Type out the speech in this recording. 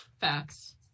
Facts